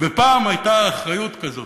ופעם הייתה אחריות כזאת,